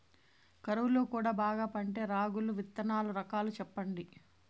కరువు లో కూడా బాగా పండే రాగులు విత్తనాలు రకాలు చెప్పండి?